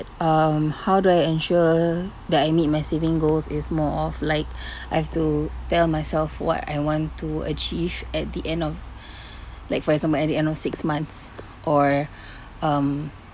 um how do I ensure that I meet my saving goals is more of like I have to tell myself what I want to achieve at the end of like for example at the end of six months or um